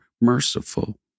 merciful